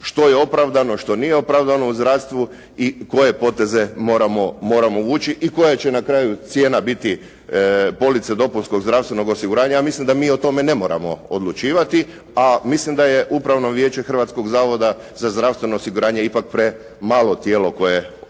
što je opravdano, što nije opravdano u zdravstvu i koje poteze moramo vući i koja će na kraju biti cijena police dopunskog zdravstvenog osiguranja. Ja mislim da mi o tome ne moramo odlučivati, a mislim da je Upravno vijeće Hrvatskog zavoda za zdravstveno osiguranje ipak premalo tijelo koje o tome